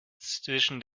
zwischen